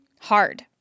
hard